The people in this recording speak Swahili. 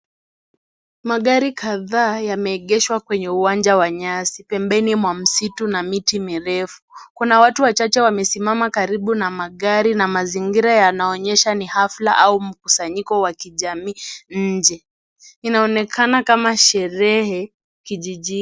Mgari kadhaa yameegeshwa kwenye uwanja wa nyasi, pembeni wa msitu na miti mirefu. Kuna watu wachache wamesimama karibu na magari na mazingira